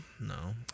No